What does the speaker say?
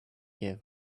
give